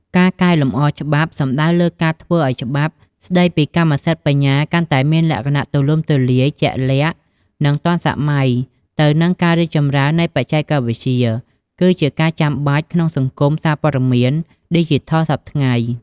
ការកែលម្អច្បាប់សំដៅលើការធ្វើឱ្យច្បាប់ស្តីពីកម្មសិទ្ធិបញ្ញាកាន់តែមានលក្ខណៈទូលំទូលាយ ជាក់លាក់ និងទាន់សម័យទៅនឹងការរីកចម្រើននៃបច្ចេកវិទ្យា គឺជាការចាំបាច់ក្នុងសង្គមសារព័ត៌មានឌីជីថលសព្វថ្ងៃ។